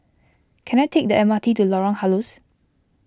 can I take the M R T to Lorong Halus